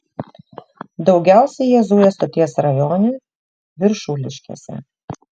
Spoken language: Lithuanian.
daugiausiai jie zuja stoties rajone viršuliškėse